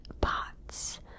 bots